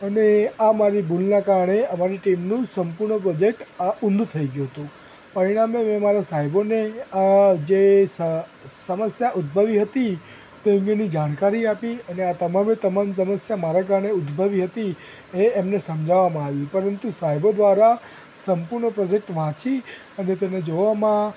અને આ મારી ભૂલનાં કારણે અને અમારી ટીમનું સંપૂર્ણ પ્રૉજેક્ટ આ ઊંધું થઈ ગયું હતું પરિણામે મેં મારા સાહેબોને આ જે સ સમસ્યા ઉદ્ભવી હતી તો એની જાણકારી આપી અને તમામે તમામ સમસ્યા મારા કારણે ઉદ્ભવી હતી એ એમને સમજાવવામાં આવ્યું પરંતુ સાહેબો દ્વારા સંપૂર્ણ પ્રૉજેક્ટ વાંચી અને તેને જોવામાં